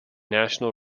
national